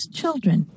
children